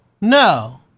No